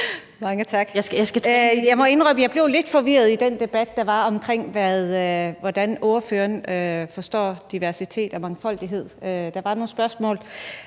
at jeg blev lidt forvirret i den debat, der var, om, hvordan ordføreren forstår diversitet og mangfoldighed. Der var nogle spørgsmål.